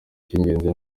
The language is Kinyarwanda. icy’ingenzi